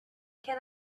can